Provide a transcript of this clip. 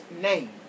name